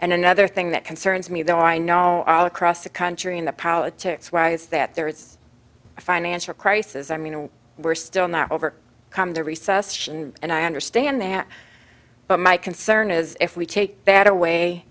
and another thing that concerns me though i know all across the country and the politics wise that there is a financial crisis i mean and we're still not over come to resuscitate and i understand that but my concern is if we take bad away